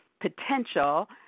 potential